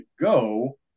go